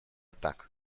так